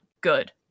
good